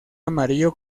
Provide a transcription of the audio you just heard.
amarillo